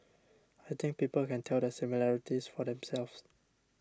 I think people can tell the similarities for themselves